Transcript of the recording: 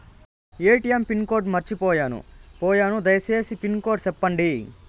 ATM pin code మర్చిపోయాను పోయాను దయసేసి పిన్ కోడ్ సెప్పండి?